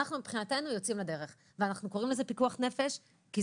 בתחום המגיפה הנפשית של הילדים והנוער.